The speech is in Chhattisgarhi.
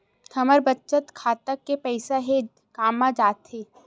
हमर बचत खाता के पईसा हे कामा जाथे?